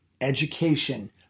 education